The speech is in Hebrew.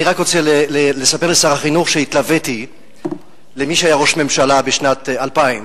אני רק רוצה לספר לשר החינוך שהתלוויתי למי שהיה ראש ממשלה בשנת 2000,